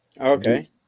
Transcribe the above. Okay